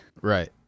Right